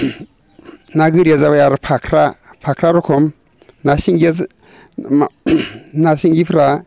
ना गोरिया जाबाय आरो फख्रा फख्रा रखम नासिंगिया ना सिंगिफोरा